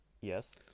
Yes